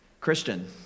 Christian